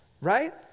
right